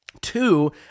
two